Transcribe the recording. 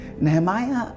Nehemiah